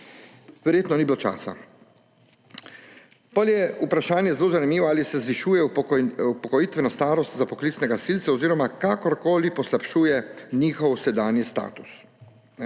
Verjetno ni bilo časa. Potem je zelo zanimivo vprašanje: »Ali se zvišuje upokojitveno starost za poklicne gasilce oziroma kakorkoli poslabšuje njihov sedanji status?«